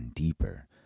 deeper